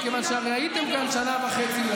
מכיוון שהרי הייתם כאן שנה וחצי,